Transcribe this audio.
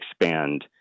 expand